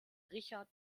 richard